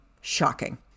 Shocking